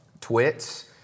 Twits